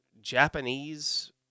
Japanese